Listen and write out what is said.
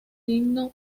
himno